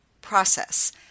process